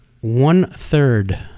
one-third